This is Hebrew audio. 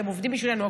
אתם עובדים בשבילנו,